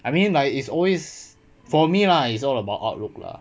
I mean like it's always for me lah it's all about outlook lah